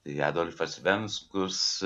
adolfas venskus